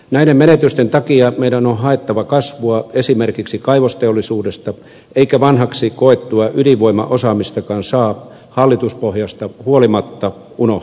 näiden menetysten takia meidän on haettava kasvua esimerkiksi kaivosteollisuudesta eikä vanhaksi koettua ydinvoimaosaamistakaan saa hallituspohjasta huolimatta unohtaa